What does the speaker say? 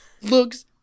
looks